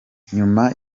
nyuma